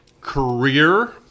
Career